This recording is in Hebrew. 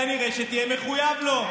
כנראה תהיה מחויב לו.